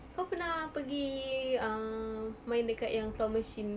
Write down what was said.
kau pernah pergi err main dekat yang claw machine